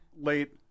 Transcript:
late